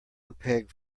mpeg